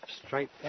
straight